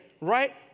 right